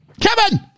Kevin